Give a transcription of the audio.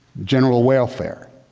general welfare.